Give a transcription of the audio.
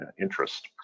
interest